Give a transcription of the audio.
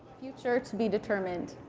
future to be determined.